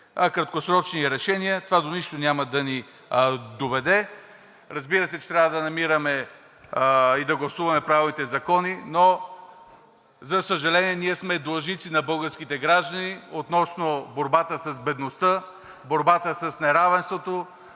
краткросрочни решения, това до нищо няма да ни доведе. Разбира се, че трябва да намираме и да гласуваме правилните закони, но за съжаление, ние сме длъжници на българските граждани относно борбата с бедността, борбата с неравенството,